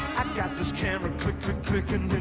i've got this camera click, click, clickin'